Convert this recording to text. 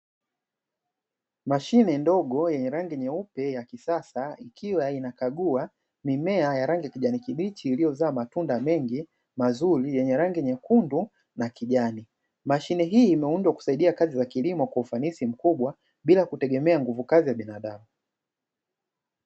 Mashine ndogo yenye rangi nyeupe ya kisasa ikiwa inakagua mimea ya rangi ya kijani kibichi iliyozaa matunda mengi mazuri yenye rangi nyekundu na kijani, mashine hii imeundwa kusaidia kazi za kilimo kwa ufanisi mkubwa bila kutegemea nguvu kazi za binadamu.